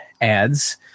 ads